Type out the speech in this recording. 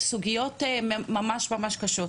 וסוגיות ממש קשות?